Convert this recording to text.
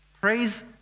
Praise